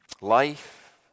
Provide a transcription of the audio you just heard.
Life